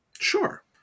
sure